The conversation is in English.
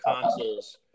consoles